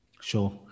sure